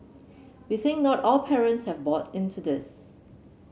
we think not all parents have bought into this